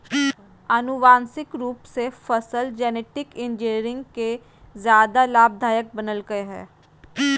आनुवांशिक रूप से फसल जेनेटिक इंजीनियरिंग के ज्यादा लाभदायक बनैयलकय हें